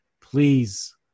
please